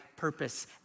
purpose